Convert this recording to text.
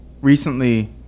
recently